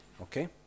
Okay